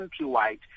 countrywide